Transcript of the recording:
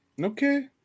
Okay